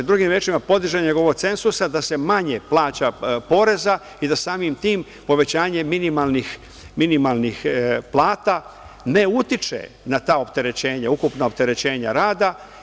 Drugim rečima, podizanje njegovog cenzusa da se manje plaća poreza i da samim tim povećanje minimalnih plata ne utiče na ta opterećenja, ukupna opterećenja rada.